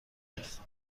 است